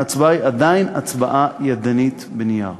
ההצבעה היא עדיין הצבעה ידנית בנייר.